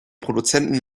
produzenten